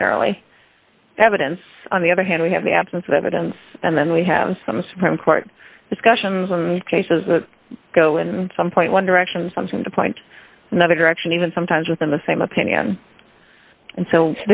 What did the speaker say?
ordinarily evidence on the other hand we have the absence of evidence and then we have some supreme court discussions on cases that go in some point one direction something to point another direction even sometimes within the same opinion and so